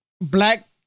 black